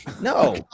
No